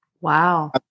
Wow